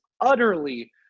utterly